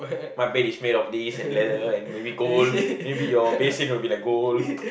my bed is made of this and leather and maybe gold maybe your basin will be like gold